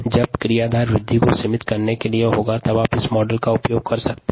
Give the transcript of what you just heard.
जब क्रियाधार वृद्धि को सीमित करता है तब इस मॉडल का उपयोग कर सकते हैं